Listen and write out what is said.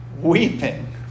weeping